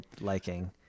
liking